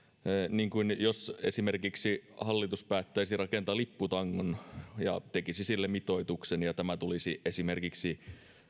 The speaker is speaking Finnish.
niin kuin jos hallitus esimerkiksi päättäisi rakentaa lipputangon ja tekisi sille mitoituksen tämä tulisi esimerkiksi